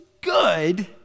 good